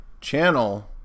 channel